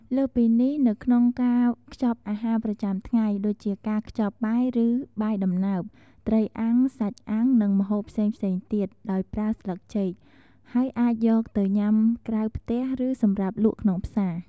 លើសពីនេះ នៅក្នុងការខ្ចប់អាហារប្រចាំថ្ងៃ ដូចជាការខ្ចប់បាយឬបាយដំណើប ត្រីអាំង សាច់អាំង និងម្ហូបផ្សេងៗទៀត ដោយប្រើស្លឹកចេក ហើយអាចយកទៅញ៉ាំក្រៅផ្ទះ ឬសម្រាប់លក់ក្នុងផ្សារ។